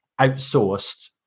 outsourced